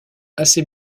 assez